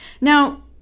Now